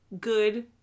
good